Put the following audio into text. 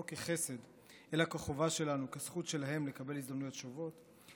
לא כחסד אלא כחובה שלנו וכזכות שלהם לקבל הזדמנויות שוות,